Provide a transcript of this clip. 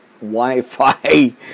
Wi-Fi